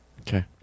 okay